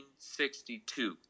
1962